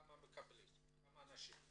כמה אנשים מקבלים.